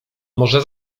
może